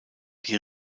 die